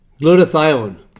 Glutathione